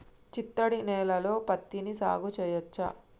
చిత్తడి నేలలో పత్తిని సాగు చేయచ్చా?